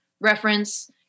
reference